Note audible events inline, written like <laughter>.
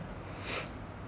<noise>